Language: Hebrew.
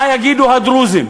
מה יגידו הדרוזים?